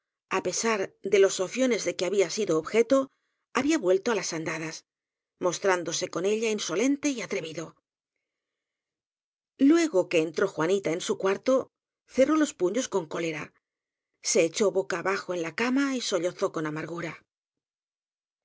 á pesar de los sofiones de que había sido objeto había vuelto á las andadas mostrándose con ella insolente y atrevido luego que entró juanita en su cuarto cerró los puños con cólera se echó boca abajo en la cama sollozó con amargura